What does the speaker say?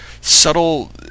subtle